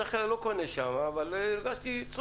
בדרך כלל אני לא קונה שם, אבל הרגשתי צורך.